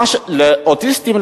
לאוטיסטים,